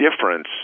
difference